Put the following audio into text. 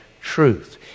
truth